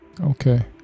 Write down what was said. Okay